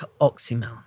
oxymel